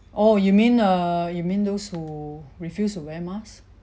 oh you mean err you mean those who refuse to wear mask